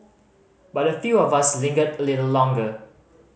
but a few of us lingered a little longer